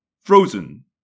Frozen